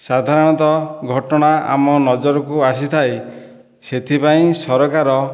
ସାଧାରଣତଃ ଘଟଣା ଆମ ନଜରକୁ ଆସିଥାଏ ସେଥିପାଇଁ ସରକାର